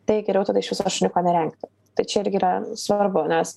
tai geriau tada iš viso šuniuko nerengti tad čia irgi yra svarbu nes